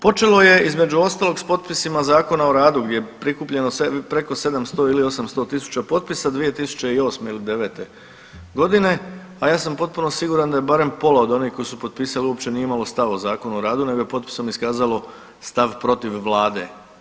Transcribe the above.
Počelo je između ostalog s potpisima Zakona o radu gdje je prikupljeno preko 700 ili 800.000 potpisa 2008. ili '09. godine, a ja sam potpuno siguran da je barem pola onih koji su potpisali uopće nije imalo stav o Zakonu o radu nego je potpisom iskazalo stav protiv vlade.